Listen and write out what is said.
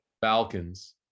Falcons